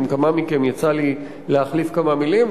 עם כמה מכם יצא לי להחליף כמה מלים,